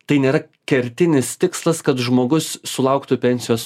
tai nėra kertinis tikslas kad žmogus sulauktų pensijos